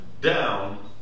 down